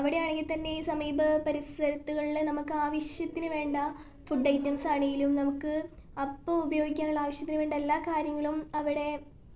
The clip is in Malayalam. അവിടെ ആണെങ്കിൽ തന്നെ സമീപ പരിസരത്തുകളിൽ നമുക്ക് ആവശ്യത്തിനു വേണ്ട ഫുഡ് ഐറ്റംസാണെങ്കിലും നമുക്ക് അപ്പോൽ ഉപയോഗിക്കാനുള്ള ആവശ്യത്തിനുവേണ്ട എല്ലാ കാര്യങ്ങളും അവിടെ